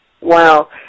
Wow